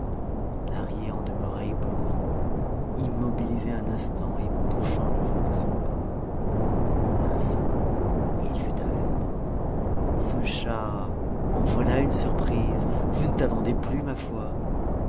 lahrier en demeura ébloui immobilisé un instant et bouchant le jour de son corps un saut et il fut à elle ce chat en voilà une surprise je ne t'attendais plus ma foi